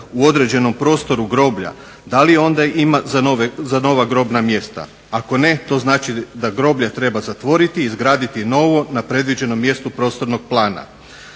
u određenom prostoru groblja da li onda ima za nova grobna mjesta. Ako ne to znači da groblje treba zatvoriti i izgraditi novo na predviđenom mjestu prostornog plana.